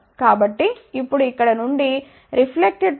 కాబట్టి ఇప్పుడు ఇక్కడ నుండి రిఫ్లెక్టెడ్ పవర్